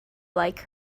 like